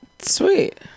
sweet